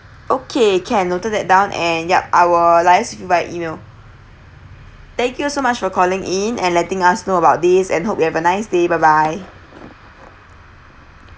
okay can noted that down and yup I'll liaise via E-mail thank you so much for calling in and letting us know about this and hope you have a nice day bye bye